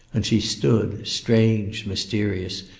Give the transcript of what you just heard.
and she stood, strange, mysterious,